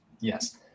Yes